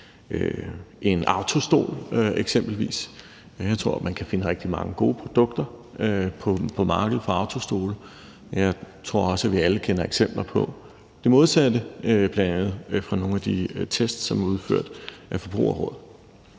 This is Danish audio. en autostol. Jeg tror, man kan finde rigtig mange gode produkter på markedet for autostole. Jeg tror også, at vi alle kender eksempler på det modsatte, bl.a. fra nogle af de test, som er udført af Forbrugerrådet